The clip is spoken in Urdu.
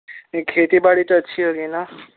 یہ کھتی باڑی تو اچھی ہوگی نا